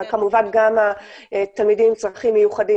אבל כמובן גם התלמידים עם צרכים מיוחדים